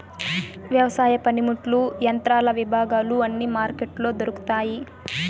వ్యవసాయ పనిముట్లు యంత్రాల విభాగాలు అన్ని మార్కెట్లో దొరుకుతాయి